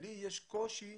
לי יש קושי